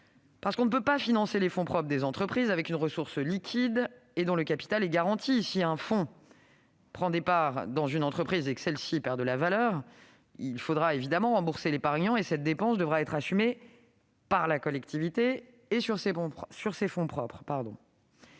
car on ne peut pas financer les fonds propres des entreprises avec une ressource liquide et dont le capital est garanti. Si un fonds prend des parts dans une entreprise et que celle-ci perd de la valeur, il faudra rembourser l'épargnant, et cette dépense devra être assumée par la collectivité sur ses fonds propres.